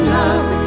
love